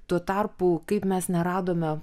tuo tarpu kaip mes neradome